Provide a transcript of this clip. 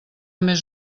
més